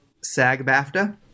SAG-BAFTA